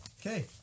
Okay